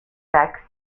taxe